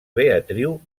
beatriu